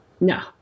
no